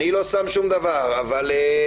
תציג את עצמך בשביל הפרוטוקול.